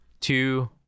two